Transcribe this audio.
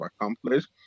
accomplished